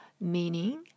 meaning